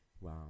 Wow